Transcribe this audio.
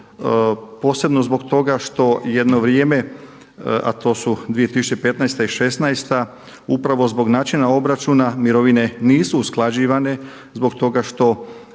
posebno zbog toga što jedno vrijeme a to su 2015. i '16. upravo zbog načina obračuna mirovine nisu usklađivane zbog toga što